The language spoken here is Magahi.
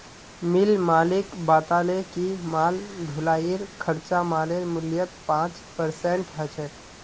मिल मालिक बताले कि माल ढुलाईर खर्चा मालेर मूल्यत पाँच परसेंट ह छेक